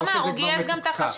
הוא אמר, הוא גייס את החשבת.